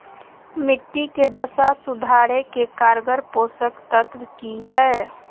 मिट्टी के दशा सुधारे के कारगर पोषक तत्व की है?